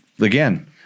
Again